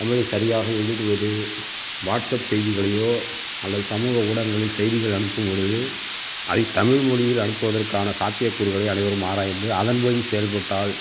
தமிழை சரியாக எழுதுவது வாட்ஸ்ஆப் செய்திகளையோ அல்லது சமூக ஊடகங்களில் செய்திகள் அனுப்பும்பொழுது அதை தமிழ்மொழியில் அனுப்புவதற்கான சாத்தியக்கூறுகளை அனைவரும் ஆராய்ந்து அதன் வழி செயல்பட்டால்